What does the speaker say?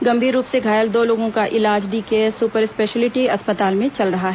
गंभीर रूप से घायल दो लोगों का इलाज डीकेएस सुपर स्पेशलियिटी अस्पताल में चल रहा है